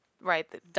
Right